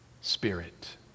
spirit